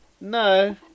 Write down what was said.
No